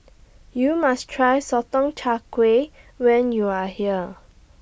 YOU must Try Sotong Char Kway when YOU Are here